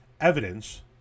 evidence